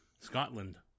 Scotland